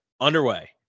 underway